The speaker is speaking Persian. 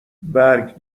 برگ